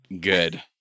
Good